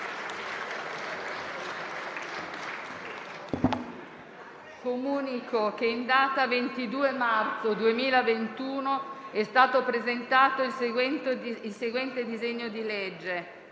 Comunico che in data 22 marzo 2021 è stato presentato il seguente disegno di legge: